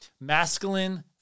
masculine